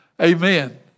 Amen